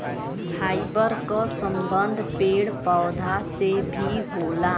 fibre क संबंध पेड़ पौधा से भी होला